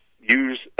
use